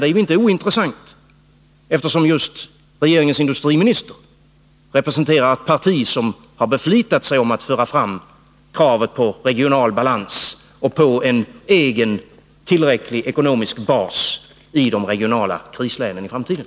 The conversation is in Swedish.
Det är inte ointressant att få veta, eftersom just regeringens industriminister representerar ett parti som har beflitat sig om att föra fram kravet på regional balans och få en egen tillräcklig ekonomisk bas i de regionala krislägena i framtiden.